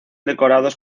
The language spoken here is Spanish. decorados